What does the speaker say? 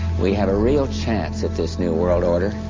we have a real chance at this new world order.